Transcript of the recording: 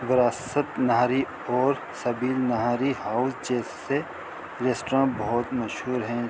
وراثت نہاری اور سبیل نہاری ہاؤس جیس سے ریسٹوراں بہت مشہور ہیں